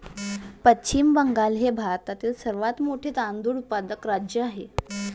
पश्चिम बंगाल हे भारतातील सर्वात मोठे तांदूळ उत्पादक राज्य आहे